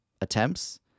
attempts